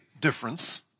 difference